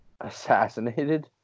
Assassinated